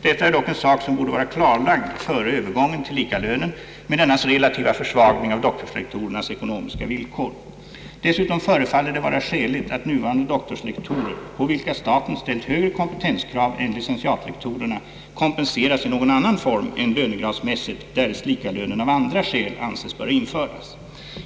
Detta är dock en sak som borde vara klarlagd före övergången till likalönen med dennas relativa försvagning av doktorslektorernas ekonomiska villkor. Dessutom förefaller det vara skäligt att nuvarande doktorslektorer, på vilka staten ställt högre kompetenskrav än licentiatlektorerna, kompenseras i någon annan form än lönegradsmässigt, därest likalönen av andra skäl anses böra införas.